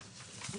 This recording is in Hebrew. בדיוק.